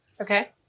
Okay